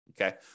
okay